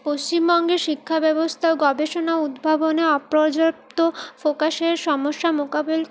পশ্চিমবঙ্গের শিক্ষাব্যবস্থা গবেষণা উদ্ভাবনে অপর্যাপ্ত ফোকাসের সমস্যা মোকাবেল